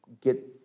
get